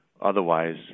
Otherwise